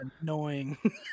annoying